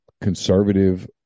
conservative